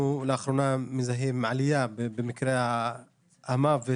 לאחרונה אנחנו מזהים עלייה במקרי המוות